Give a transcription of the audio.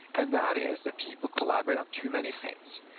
and that is that people collaborate on too many things,